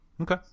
Okay